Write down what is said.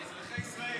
אזרחי ישראל.